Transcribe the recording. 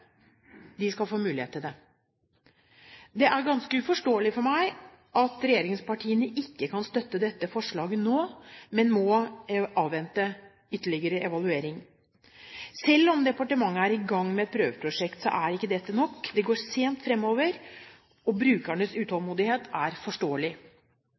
skal få mulighet til det. Det er ganske uforståelig for meg at regjeringspartiene ikke kan støtte dette forslaget nå, men må avvente ytterligere evaluering. Selv om departementet er i gang med et prøveprosjekt, så er ikke dette nok. Det går sent fremover, og brukernes utålmodighet er forståelig.